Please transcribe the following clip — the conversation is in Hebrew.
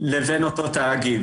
לבין אותו תאגיד,